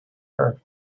her